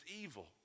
evil